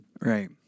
Right